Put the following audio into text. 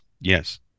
Yes